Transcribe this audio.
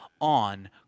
on